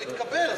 זה לא התקבל.